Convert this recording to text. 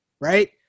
right